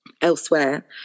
elsewhere